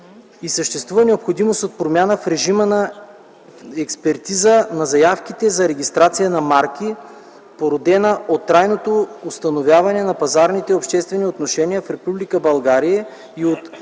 съществува необходимост от промяна в режима на експертиза на заявките за регистрация на марки, породена от трайното установяване на пазарните обществени отношения в Република България и от